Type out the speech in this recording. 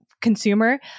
consumer